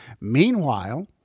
Meanwhile